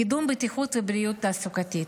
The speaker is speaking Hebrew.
קידום בטיחות ובריאות תעסוקתית.